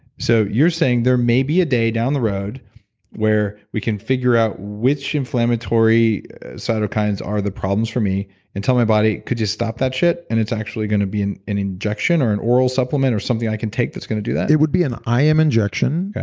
so you're saying there may be a day down the road where we can figure out which inflammatory cytokines are the problems for me until my body could just stop that shit and it's actually going to be an an injection or an oral supplement or something i can take this going to do that? there would be an im injection.